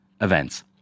events